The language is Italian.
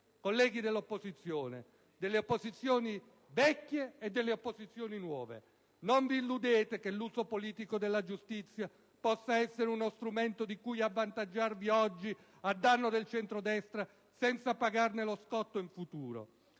Colleghi delle opposizioni vecchie e nuove, non illudetevi che l'uso politico della giustizia possa essere uno strumento di cui avvantaggiarvi oggi a danno del centrodestra senza pagarne lo scotto in futuro.